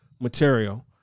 material